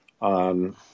on